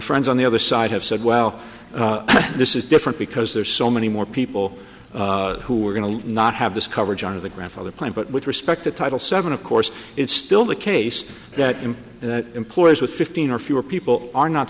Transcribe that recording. friends on the other side have said well this is different because there are so many more people who were going to not have this coverage of the grandfather plan but with respect to title seven of course it's still the case that in employees with fifteen or fewer people are not